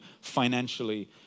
financially